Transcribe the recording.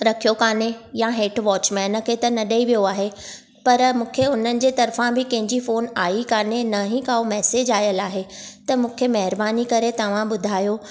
रखियो कान्हे या हेठि वॉचमैन खे त न ॾेई वियो आहे पर मूंखे हुन जी तर्फ़ां बि कंहिंजी फोन आई कान्हे न ई काओ मैसेज आयलु आहे त मूंखे महिरबानी करे तव्हां ॿुधायो